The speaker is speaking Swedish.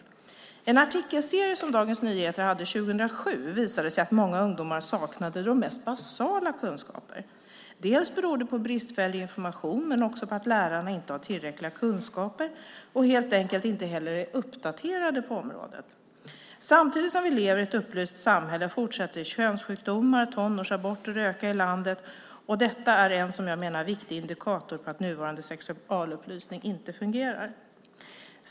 I en artikelserie som Dagens Nyheter hade 2007 visade det sig att många ungdomar saknar de mest basala kunskaper. Dels beror det på bristfällig information, dels på att lärarna inte har tillräckliga kunskaper och helt enkelt inte heller är uppdaterade på området. Samtidigt som vi lever i ett upplyst samhälle fortsätter könssjukdomar och tonårsaborter att öka i landet. Detta är en som jag menar viktig indikator på att nuvarande sexualupplysning inte fungerar.